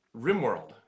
RimWorld